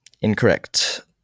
Incorrect